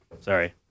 Sorry